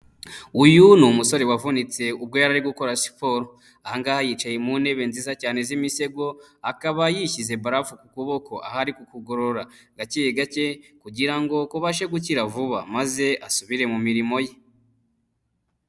Uyu ni umusore wavunitse ubwo yari ari gukora siporo, ahangaha yicaye mu ntebe nziza cyane z'imisego akaba yishyize barafu ku kuboko aho ari kukugorora gake gake kugira ngo kubashe gukira vuba maze asubire mu mirimo ye.